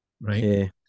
Right